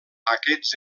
aquests